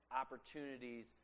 opportunities